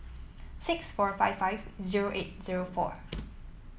six four five five zero eight zero four